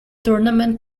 tournament